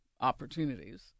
opportunities